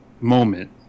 moment